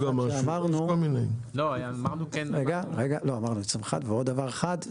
אמרנו עוד דבר אחד,